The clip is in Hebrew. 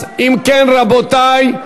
אם כן, רבותי,